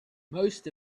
most